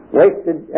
wasted